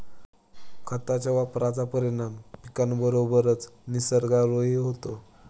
खतांच्या वापराचा परिणाम पिकाबरोबरच निसर्गावरही होतो